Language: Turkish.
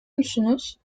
musunuz